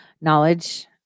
knowledge